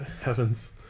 Heavens